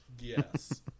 Yes